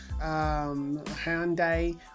Hyundai